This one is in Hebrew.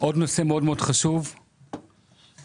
מיצית פחות או יותר.